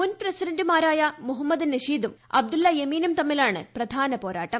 മുൻ പ്രസിഡന്റുമാരായ മുഹമ്മദ് നഷീദും അബ്ദുള്ള യമീനും തമ്മിലാണ് പ്രധാനപോരാട്ടം